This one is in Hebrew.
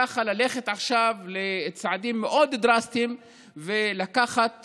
ללכת עכשיו לצעדים מאוד דרסטיים ולקחת